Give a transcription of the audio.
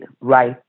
right